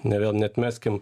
ne vėl neatmeskim